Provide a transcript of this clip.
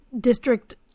district